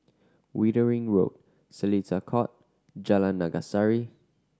Wittering Road Seletar Court Jalan Naga Sari